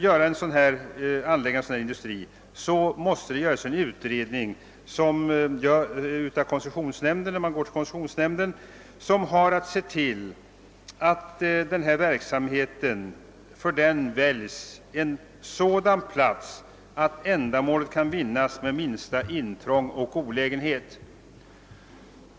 När en sådan här industri skall anläggas, måste en utredning göras av koncessionsnämnden som har att se till att en sådan plats väljes för verksamheten att syftet kan vinnas med minsta intrång och olägenhet.